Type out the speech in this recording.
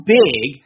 big